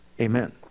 Amen